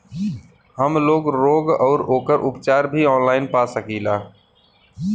हमलोग रोग अउर ओकर उपचार भी ऑनलाइन पा सकीला?